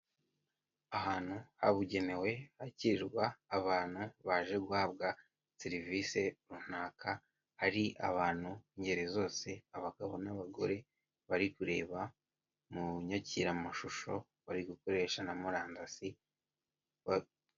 Ahantu habugenewe hakirwa abantu baje guhabwa serivisi runaka hari abantu b'ingeri zose, abagabo n'abagore bari kureba munyakiramashusho barigukoresha na murandasi.